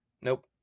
Nope